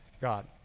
God